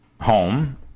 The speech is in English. home